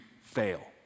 fail